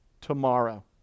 tomorrow